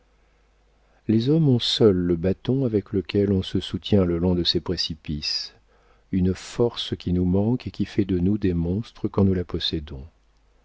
les hommes ont seuls le bâton avec lequel on se soutient le long de ces précipices une force qui nous manque et qui fait de nous des monstres quand nous la possédons